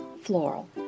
floral